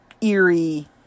eerie